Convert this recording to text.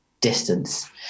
distance